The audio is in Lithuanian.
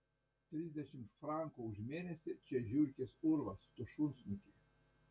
trisdešimt frankų už mėnesį čia žiurkės urvas tu šunsnuki